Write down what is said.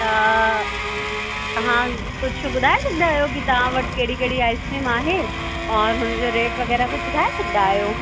त तव्हां कुझु ॿुधाए सघंदा आहियो कि तव्हां वटि कहिड़ी कहिड़ी आइस्क्रीम आहे और हुनजो रेट वग़ैरह कुझु ॿुधाए सघंदा आहियो